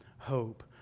hope